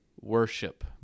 worship